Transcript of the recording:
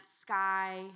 sky